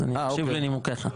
אז אני אקשיב לנימוקיך.